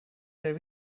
ter